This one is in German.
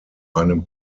einem